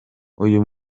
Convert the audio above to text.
uyu